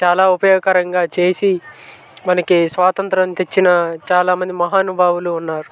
చాలా ఉపయోగకరంగా చేసి మనకి స్వాతంత్రం తెచ్చిన చాలా మంది మహానుభావులు ఉన్నారు